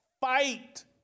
fight